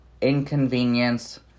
inconvenience